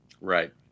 Right